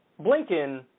Blinken